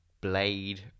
blade